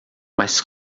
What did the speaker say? mas